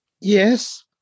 Yes